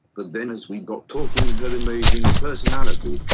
but then as we got talking, her amazing personality,